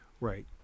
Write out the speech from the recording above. Right